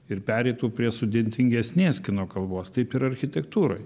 ir pereitų prie sudėtingesnės kino kalbos taip ir architektūroj